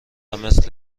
مثل